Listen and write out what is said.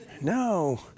No